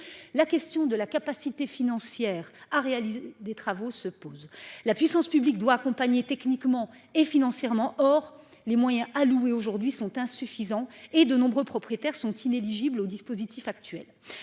la question de la capacité financière à réaliser des travaux se pose la puissance publique doit accompagner techniquement et financièrement. Or les moyens alloués aujourd'hui sont insuffisants et de nombreux propriétaires sont inéligibles au dispositif actuel.